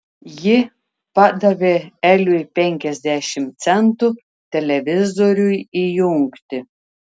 ji padavė eliui penkiasdešimt centų televizoriui įjungti